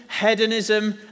hedonism